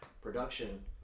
production